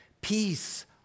Peace